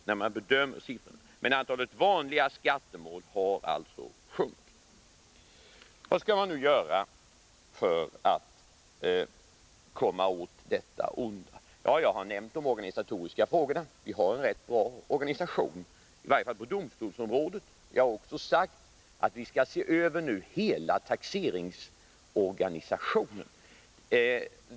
Och antalet vanliga skattemål har alltså sjunkit. Vad skall man nu göra för att komma åt detta onda? Jag har nämnt de organisatoriska frågorna. Vi har en ganska bra organisation, i varje fall på domstolsområdet. Vi har sagt att vi nu skall se över hela taxeringsorganisationen.